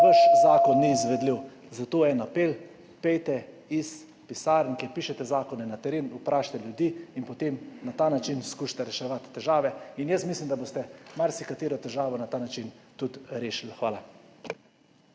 vaš zakon ni izvedljiv. Zato apel, pojdite iz pisarn, kjer pišete zakone, na teren, vprašajte ljudi in potem na ta način skušajte reševati težave. Mislim, da boste marsikatero težavo na ta način tudi rešili. Hvala.